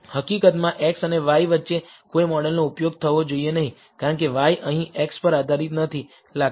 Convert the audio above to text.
હકીકતમાં x અને y વચ્ચે કોઈ મોડેલનો ઉપયોગ થવો જોઈએ નહીં કારણ કે y અહીં x પર આધારિત નથી લાગતું